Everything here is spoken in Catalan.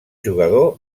jugador